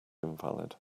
invalid